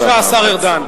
בבקשה, השר ארדן.